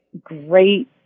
great